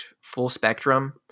full-spectrum